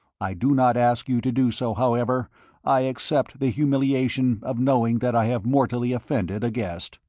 i do not ask you to do so, however i accept the humiliation of knowing that i have mortally offended a guest.